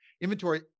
inventory